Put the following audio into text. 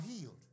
healed